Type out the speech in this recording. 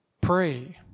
Pray